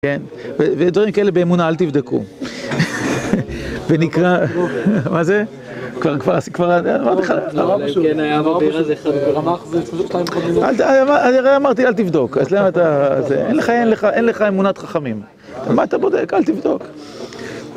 ודברים כאלה, באמונה, אל תבדקו. ונקרא... מה זה? כבר אמרתי לך... אני הרי אמרתי, אל תבדוק. אין לך אמונת חכמים. מה אתה בודק? אל תבדוק.